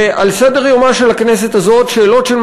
ועל סדר-יומה של הכנסת הזאת שאלות של